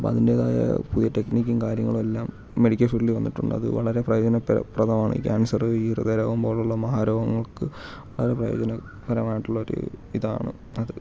അപ്പം അതിന്റേതായ പുതിയ ടെക്നിക്കും കാര്യങ്ങളും എല്ലാം മെഡിക്കൽ ഫീൽഡിൽ വന്നിട്ടുണ്ട് അത് വളരെ പ്രയോജനപ പ്രദമാണ് ക്യാൻസർ ഈ ഹൃദയരോഗം പോലെയുള്ള ഈ മഹാരോഗങ്ങൾക്ക് വളരെ പ്രയോജന പ്രദമായിട്ടുള്ള ഒരു ഇതാണ് അത്